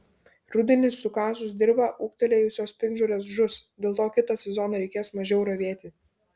rudenį sukasus dirvą ūgtelėjusios piktžolės žus dėl to kitą sezoną reikės mažiau ravėti